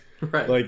Right